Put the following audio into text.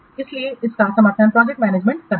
इसलिए इसका समर्थन प्रोजेक्ट मैनेजमेंट करता है